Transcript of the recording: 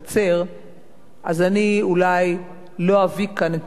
אז אני אולי לא אביא כאן את ממצאי המחקר הזה,